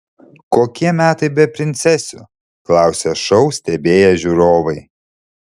kokie metai be princesių klausė šou stebėję žiūrovai